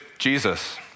Jesus